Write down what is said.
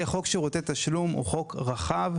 חוק שירותי התשלום הוא חוק רחב,